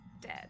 dead